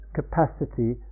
capacity